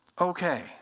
Okay